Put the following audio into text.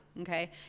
Okay